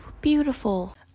beautiful